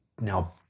now